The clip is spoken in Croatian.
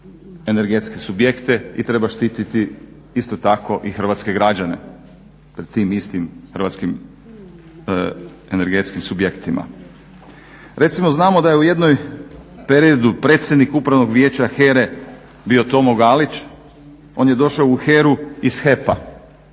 energetske subjekte i treba štititi isto tako i hrvatske građane pred tim istim hrvatskim energetskim subjektima. Recimo znamo da je u jednom redu predsjednik Upravnog vijeća HERA-e bio Tomo Galić. On je došao u HERA-u iz HEP-a